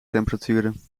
temperaturen